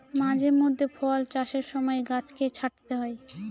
মাঝে মধ্যে ফল চাষের সময় গাছকে ছাঁটতে হয়